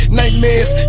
nightmares